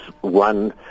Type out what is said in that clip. one